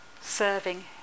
serving